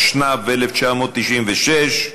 התשנ"ו 1996,